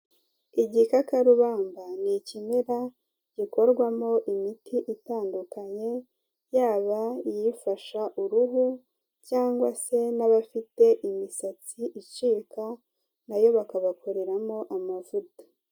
Igikakarubamba ni ikimera gikorwamo imiti itandukanye, yaba iyifasha uruhu cyangwa se n'abafite imisatsi icika, na yo bakabakoreramo amavuta.